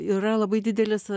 yra labai didelis